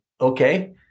okay